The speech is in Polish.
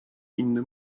inny